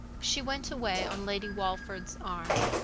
she went away on lady walford's arm,